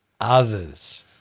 others